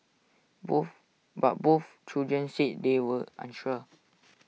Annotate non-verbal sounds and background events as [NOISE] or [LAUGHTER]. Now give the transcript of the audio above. both but both children said they were unsure [NOISE]